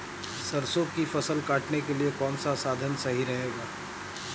सरसो की फसल काटने के लिए कौन सा साधन सही रहेगा?